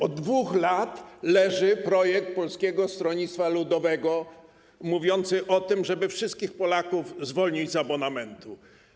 Od 2 lat leży projekt Polskiego Stronnictwa Ludowego mówiący o tym, żeby wszystkich Polaków zwolnić z abonamentu.